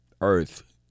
Earth